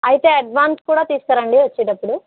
అయితే అడ్వాన్స్ కూడా తీసుకురండి వచ్చేటప్పుడు